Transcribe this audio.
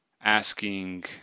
asking